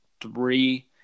three